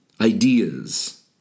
ideas